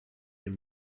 dem